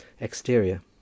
exterior